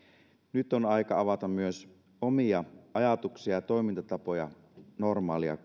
nyt on aika avata myös omia ajatuksia ja toimintatapoja normaalia